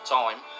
time